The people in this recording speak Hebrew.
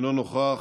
אינו נוכח,